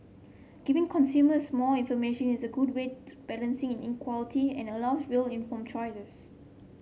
giving consumers more information is a good way to balancing in inequality and allows real informed choices